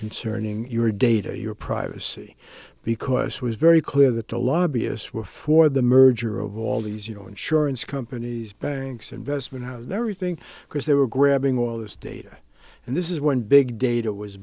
concerning your data your privacy because it was very clear that the lobbyist were for the merger of all these you know insurance companies banks investment houses very thing because they were grabbing all this data and this is one big data was